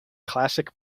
classic